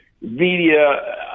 media